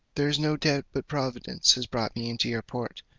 there is no doubt but providence has brought me into your port,